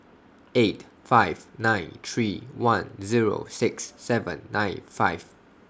eight five nine three one Zero six seven nine five